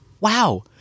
Wow